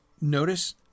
notice